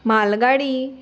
मालगाडी